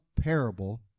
parable